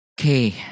okay